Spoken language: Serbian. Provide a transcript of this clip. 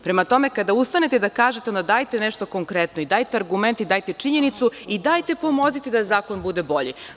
Prema tome, kada ustanete da kažete, onda dajte nešto konkretno i dajte argument i dajte činjenicu i dajte pomozite da zakon bude bolji.